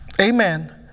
Amen